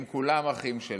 הם כולם אחים שלנו.